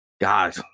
God